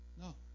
No